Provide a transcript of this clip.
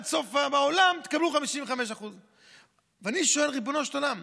סוף העולם תקבלו 55%. ואני שואל: ריבונו של עולם,